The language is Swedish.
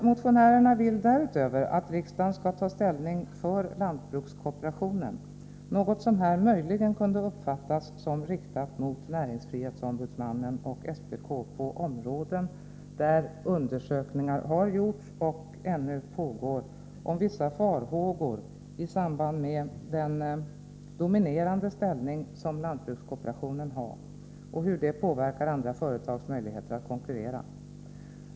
Motionärerna vill emellertid därutöver att riksdagen skall ta ställning för lantbrukskooperationen, något som här möjligen kunde uppfattas som riktat mot NO och SPK på områden, där undersökningar gjorts och ännu pågår om vissa farhågor i samband med den dominerande ställning som lantbrukskooperationen har och hur det påverkar andra företags möjligheter att 145 konkurrera.